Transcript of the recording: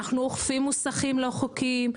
אנחנו אוכפים מוסכים לא חוקיים.